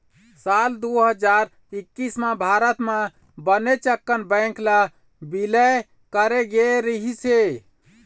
साल दू हजार एक्कइस म भारत म बनेच अकन बेंक ल बिलय करे गे रहिस हे